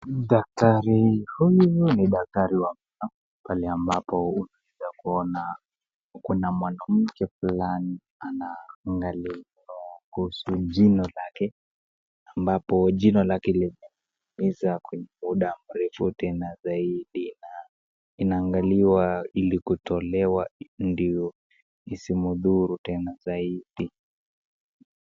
Daktari huyu ni daktari wa pale ambapo una shida kuona kuna mwanamke fulani anaangaliwa kuhusu jina lake ambapo jina lake liliweza kujifunda muda mrefu tena zaidi na inaangaliwa ili kutolewa ndio ismudhuru tena zaidi.